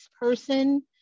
person